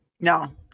No